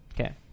Okay